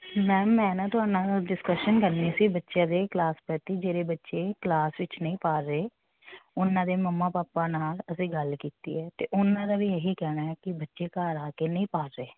ma'am ਮੈਂ ਤੁਹਾਡੇ ਨਾਲ ਡਿਸਕਸ਼ਨ ਕਰਨੀ ਸੀ ਬੱਚਿਆਂ ਦੇ ਕਲਾਸ ਪ੍ਰਤੀ ਜਿਹੜੇ ਬੱਚੇ ਕਲਾਸ ਵਿੱਚ ਨਹੀਂ ਪੜ੍ਹ ਰਹੇ ਉਨ੍ਹਾਂ ਦੇ ਮੰਮਾ ਪਾਪਾ ਨਾਲ ਅਸੀਂ ਗੱਲ ਕੀਤੀ ਹੈ ਅਤੇ ਉਹਨਾਂ ਦਾ ਵੀ ਇਹੀ ਕਹਿਣਾ ਹੈ ਕਿ ਬੱਚੇ ਘਰ ਆ ਕੇ ਨਹੀਂ ਪੜ੍ਹ ਰਹੇ